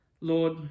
Lord